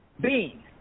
Bean